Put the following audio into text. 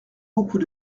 beaucoup